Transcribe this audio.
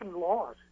laws